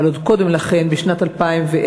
אבל עוד קודם לכן, בשנת 2010,